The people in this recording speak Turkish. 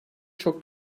çok